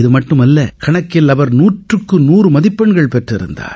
அதமட்டுமல்ல கணக்கில் அவர் நூற்றுக்கு நூறு மதிப்பெண் பெற்றிருந்தார்